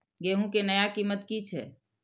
गेहूं के नया कीमत की छे?